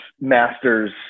Masters –